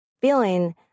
feeling